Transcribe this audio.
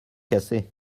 cassées